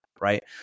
right